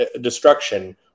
destruction